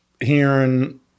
hearing